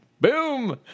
Boom